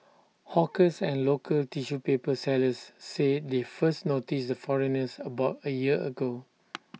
hawkers and local tissue paper sellers said they first noticed the foreigners about A year ago